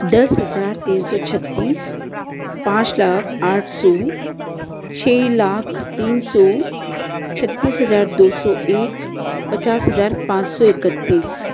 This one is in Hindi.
दस हज़ार तीन सौ छत्तीस पाँच लाख आठ सौ छः लाख तीन सौ छत्तीस हज़ार दो सौ एक पचास हज़ार पाँच सौ इकतीस